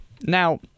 Now